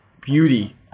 beauty